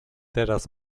teraz